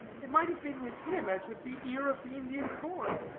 it might have been with him as with the ear of the indian corn.